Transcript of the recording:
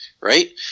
right